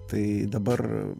tai dabar